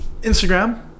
Instagram